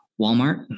Walmart